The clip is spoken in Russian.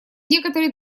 некоторые